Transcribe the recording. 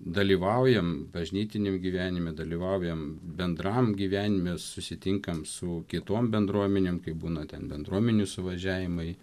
dalyvaujam bažnytiniam gyvenime dalyvaujam bendram gyvenime susitinkam su kitom bendruomenėm kai būna ten bendruomenių suvažiavimai